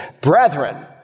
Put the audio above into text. Brethren